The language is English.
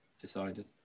decided